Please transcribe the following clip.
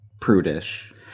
prudish